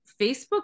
Facebook